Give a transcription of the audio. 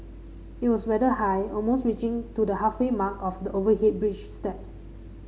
it was rather high almost reaching to the halfway mark of the overhead bridge steps